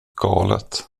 galet